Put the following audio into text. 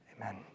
Amen